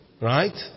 Right